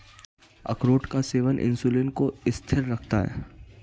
अखरोट का सेवन इंसुलिन को स्थिर रखता है